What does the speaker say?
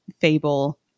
fable